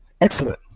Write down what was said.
Excellent